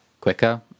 quicker